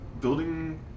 building